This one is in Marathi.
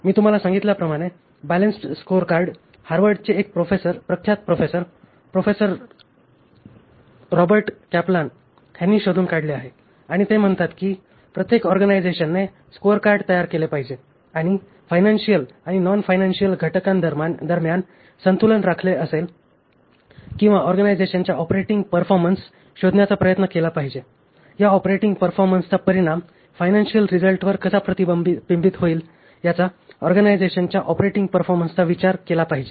मी तुम्हाला सांगितल्याप्रमाणे बॅलन्सड स्कोअरकार्ड हार्वर्डचे एक प्रख्यात प्रोफेसर प्रोफेसर रॉबर्ट कॅपलान यांनी शोधून काढले आहे आणि ते म्हणतात की प्रत्येक ऑर्गनायझेशनने स्कोअरकार्ड तयार केले पाहिजे आणि फायनान्शियल आणि नॉन फायनान्शियल घटकांदरम्यान संतुलन राखले असेल किंवा ऑर्गनायझेशनचा ऑपरेटिंग परफॉर्मन्स शोधण्याचा प्रयत्न केला पाहिजे या ऑपरेटिंग परफॉर्मन्सचा परिणाम फायनान्शियल रिझल्टवर कसा प्रतिबिंबित होईल याचा ऑर्गनायझेशनच्या ऑपरेटिंग परफॉर्मन्सचा विचार केला पाहिजे